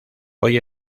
hoy